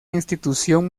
institución